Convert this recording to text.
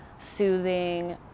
soothing